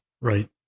Right